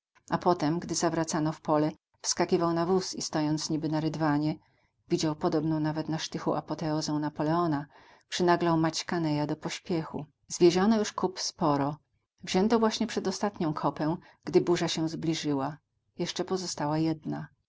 a potem gdy zawracano w pole wskakiwał na wóz i stojąc niby na rydwanie widział podobną nawet na sztychu apoteozę napoleona przynaglał maćka neya do pośpiechu zwieziono już kóp sporo wzięto właśnie przedostatnią kopę gdy burza się zbliżyła jeszcze pozostała jedna